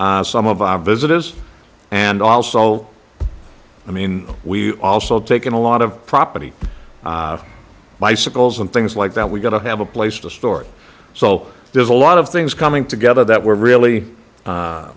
some of our visitors and also i mean we also take in a lot of property bicycles and things like that we got to have a place to store so there's a lot of things coming together that we're really